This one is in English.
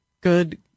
good